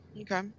Okay